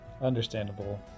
Understandable